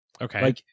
Okay